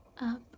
up